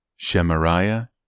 Shemariah